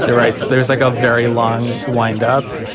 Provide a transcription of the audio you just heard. and right. so there was like a very long wind up.